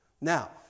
Now